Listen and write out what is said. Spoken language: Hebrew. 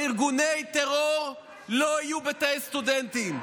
שארגוני טרור לא יהיו בתאי סטודנטים.